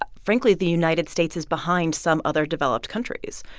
but frankly, the united states is behind some other developed countries.